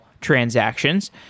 transactions